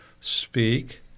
speak